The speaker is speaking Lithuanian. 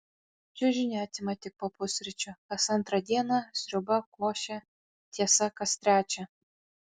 čiužinį atima tik po pusryčių kas antrą dieną sriuba košė tiesa kas trečią